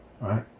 right